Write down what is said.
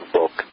book